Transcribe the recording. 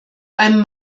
einem